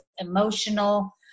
emotional